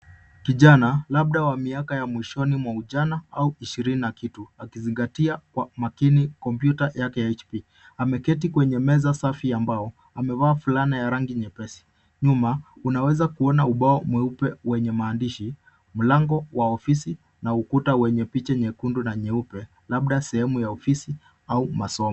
Kijana labda wa miaka ya mwishoni ya mwishoni mwa ujana au ishirini na kitu akizingatia kwa makini kompyuta yake ya HP.Ameketi kwenye meza safi ya mbao. Amevaa fulana ya rangi nyepesi. Nyuma unaweza kuona ubao mweupe wenye maandishi. Mlango wa ofisi na ukuta wenye picha nyekundu na nyeupe labda sehemu ya ofisi au masomo.